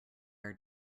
are